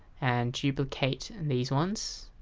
and duplicate and these ones.